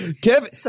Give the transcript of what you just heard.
Kevin